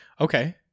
Okay